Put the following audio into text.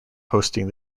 hosting